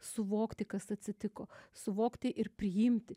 suvokti kas atsitiko suvokti ir priimti